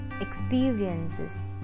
experiences